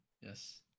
Yes